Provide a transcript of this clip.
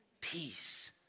peace